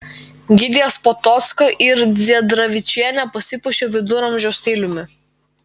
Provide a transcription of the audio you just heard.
gidės potocka ir dziedravičienė pasipuošė viduramžių stiliumi